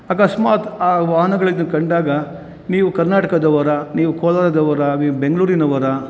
ಅಕಸ್ಮಾತ್ ಆ ವಾಹನಗಳಿದ್ದು ಕಂಡಾಗ ನೀವು ಕರ್ನಾಟಕದವರಾ ನೀವು ಕೋಲಾರದವರಾ ನೀವು ಬೆಂಗಳೂರಿನವರಾ